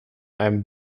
einem